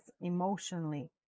emotionally